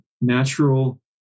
natural